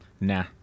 Nah